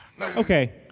Okay